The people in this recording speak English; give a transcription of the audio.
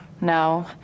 No